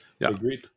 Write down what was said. Agreed